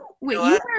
Wait